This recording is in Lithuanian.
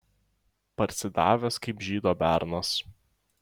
parsidavęs kaip žydo bernas